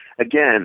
Again